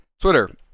Twitter